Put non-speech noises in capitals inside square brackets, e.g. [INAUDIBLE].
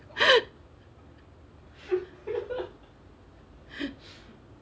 [LAUGHS]